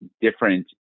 different